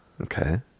Okay